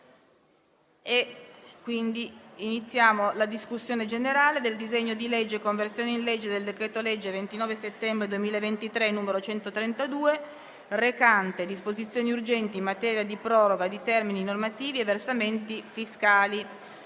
dalla Commissione stessa, per il disegno di legge:"Conversione in legge del decreto-legge 29 settembre 2023, n. 132, recante disposizioni urgenti in materia di proroga di termini normativi e versamenti fiscali"